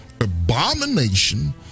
abomination